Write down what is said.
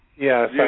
Yes